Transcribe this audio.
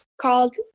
called